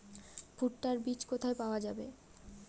ভুট্টার বিজ কোথায় পাওয়া যাবে?